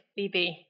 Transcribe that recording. BB